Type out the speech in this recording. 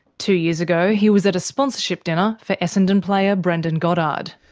two years ago he was at a sponsorship dinner for essendon player brendon goddard.